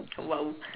!wow!